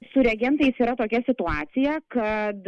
su reagentais yra tokia situacija kad